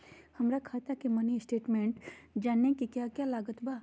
हमरा खाता के मिनी स्टेटमेंट जानने के क्या क्या लागत बा?